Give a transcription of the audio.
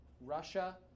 Russia